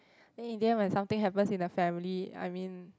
then in the end when something happens in the family I mean